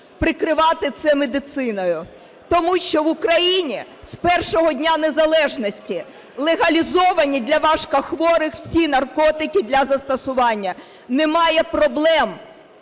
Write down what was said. прикривати це медициною, тому що в Україні з першого дня незалежності легалізовані для важкохворих всі наркотики для застосування. Немає проблем.